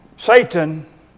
Satan